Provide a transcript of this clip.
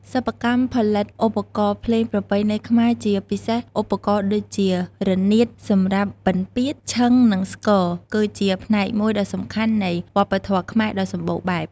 សិប្បកម្មផលិតឧបករណ៍ភ្លេងប្រពៃណីខ្មែរ ជាពិសេសឧបករណ៍ដូចជា រនាតសម្រាប់ ពិណពាទ្យ, ឈិងនិង ស្គរ គឺជាផ្នែកមួយដ៏សំខាន់នៃវប្បធម៌ខ្មែរដ៏សម្បូរបែប។